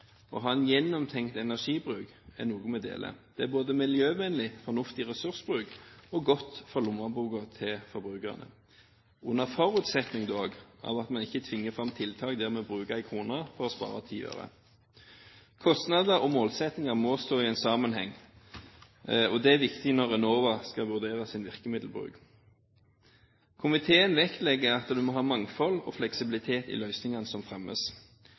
å ha en gjennomtenkt energibruk, er noe vi deler. Det er både miljøvennlig og fornuftig ressursbruk og godt for forbrukernes lommebok – dog under forutsetning av at man ikke tvinger fram tiltak der man bruker én krone for å spare ti øre. Kostnader og målsetting må stå i sammenheng. Det er viktig når Enova skal vurdere sin virkemiddelbruk. Komiteen vektlegger at du må ha mangfold og fleksibilitet i løsningene som fremmes.